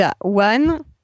one